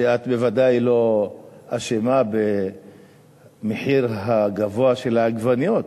כשאת בוודאי לא אשמה במחיר הגבוה של העגבניות,